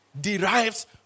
derives